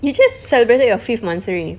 you just celebrated your fifth monthsary